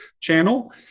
channel